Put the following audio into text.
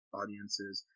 audiences